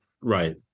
Right